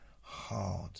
hard